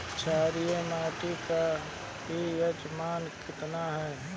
क्षारीय मीट्टी का पी.एच मान कितना ह?